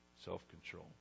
self-control